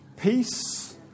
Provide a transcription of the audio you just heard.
peace